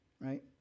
Right